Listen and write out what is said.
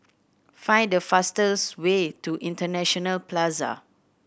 find the fastest way to International Plaza